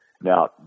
Now